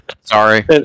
Sorry